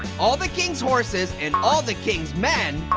all the king's horses and all the king's men